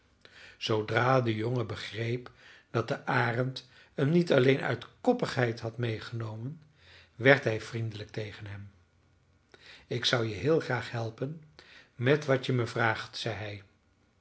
zoodra de jongen begreep dat de arend hem niet alleen uit koppigheid had meêgenomen werd hij vriendelijk tegen hem ik zou je heel graag helpen met wat je me vraagt zei